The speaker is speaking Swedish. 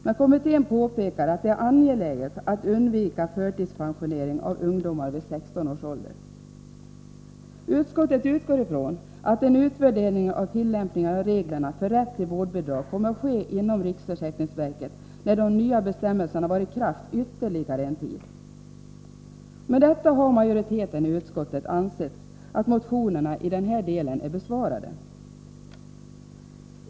Men kommittén påpekar att det är angeläget att undvika förtidspensionering av ungdomar vid 16 års ålder. Utskottet utgår från att en utvärdering av tillämpningen av reglerna för rätt till vårdbidrag kommer att ske inom riksförsäkringsverket när de nya bestämmelserna varit i kraft ytterligare en tid. Med detta har majoriteten i utskottet ansett att motionerna i denna del är besvarade.